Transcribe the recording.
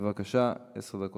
מס' 4057. בבקשה, עשר דקות.